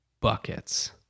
buckets